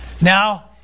Now